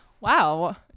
Wow